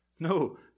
No